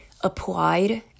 applied